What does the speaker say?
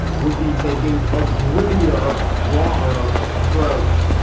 would be taking a grittier roar or approach.